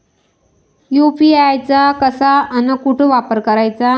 UPI चा कसा अन कुटी वापर कराचा?